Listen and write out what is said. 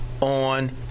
on